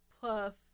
Puff